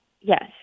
yes